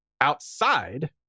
outside